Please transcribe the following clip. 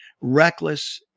reckless